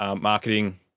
marketing